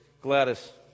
Gladys